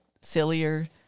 sillier